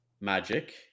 magic